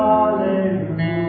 Hallelujah